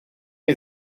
něj